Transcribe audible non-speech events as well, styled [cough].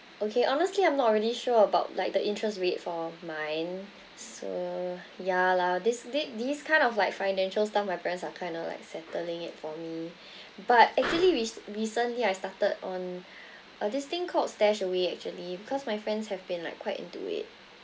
okay honestly I'm not really sure about like the interest rate for mine so ya lah this this this kind of like financial stuff my parents are kind of like settling it for me [breath] but actually re~ recently I started on uh this thing called stashaway actually because my friends have been like quite into it